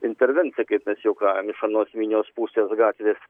intervencija kaip mes juokaujam iš anos minios pusės gatvės